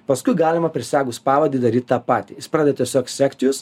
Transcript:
paskui galima prisegus pavadį daryt tą patį jis pradeda tiesiog sekt jus